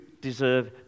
deserve